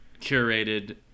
curated